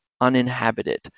uninhabited